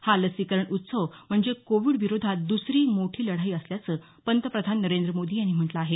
हा लसीकरण उत्सव म्हणजे कोविड विरोधात द्सरी मोठी लढाई असल्याचं पंतप्रधान नरेंद्र मोदी यांनी म्हटलं आहे